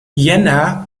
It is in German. jänner